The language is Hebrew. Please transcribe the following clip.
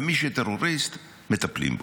ומי שטרוריסט, מטפלים בו.